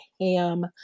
ham